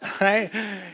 right